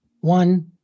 One